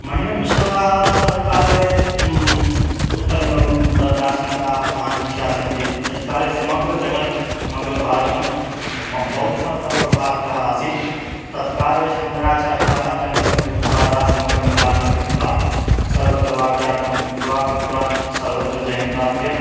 मण्डनिमिश्राः तत्काले उत्तरे मी तत् दार्शनिकाः प्रधानमुख्याः सन्ति यत्काले समग्रजगत् समग्रभारतं बौद्धमततः प्रभावितः आसीत् तत्काले शङ्कराचार्याः शङ्कर्भगवत्पादाः समग्रं भारतम् अटित्वा सर्वत्र वाक्यार्थं कृत्वा कृत्वा सर्वत्र जयं प्राप्य